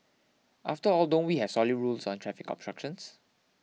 after all don't we have solid rules on traffic obstruction